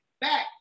back